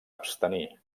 abstenir